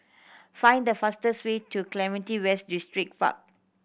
find the fastest way to Clementi West Distripark